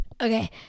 Okay